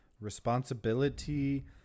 responsibility